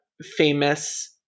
famous